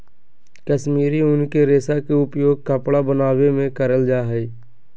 कश्मीरी उन के रेशा के उपयोग कपड़ा बनावे मे करल जा हय